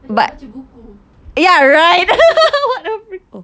I think baca buku